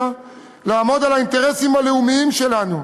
לעמוד על האינטרסים הלאומיים שלנו.